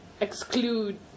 exclude